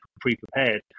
pre-prepared